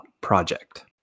Project